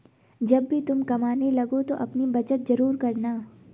जब भी तुम कमाने लगो तो अपनी बचत जरूर करना